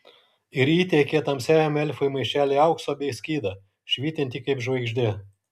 ir įteikė tamsiajam elfui maišelį aukso bei skydą švytintį kaip žvaigždė